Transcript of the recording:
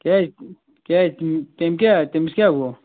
کیٛازِ کیٛازِ تٔمۍ کیٛاہ تٔمِس کیٛاہ گوٚو